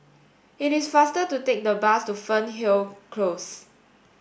it is faster to take the bus to Fernhill Close